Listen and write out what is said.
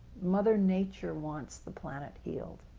mother nature wants the planet healed,